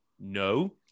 No